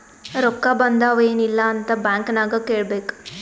ರೊಕ್ಕಾ ಬಂದಾವ್ ಎನ್ ಇಲ್ಲ ಅಂತ ಬ್ಯಾಂಕ್ ನಾಗ್ ಕೇಳಬೇಕ್